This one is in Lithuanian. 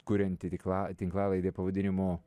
kurianti tikla tinklalaidę pavadinimu